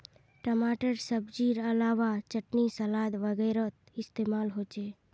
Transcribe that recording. टमाटर सब्जिर अलावा चटनी सलाद वगैरहत इस्तेमाल होचे